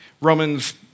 Romans